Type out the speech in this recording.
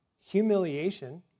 humiliation